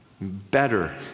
better